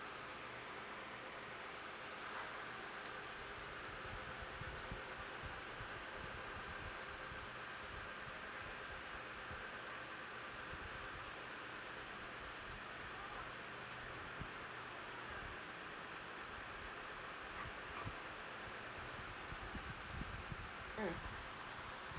mm